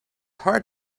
hard